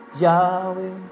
Yahweh